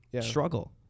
Struggle